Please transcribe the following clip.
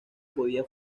podía